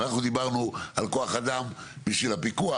אנחנו דיברנו על כוח אדם בשביל הפיקוח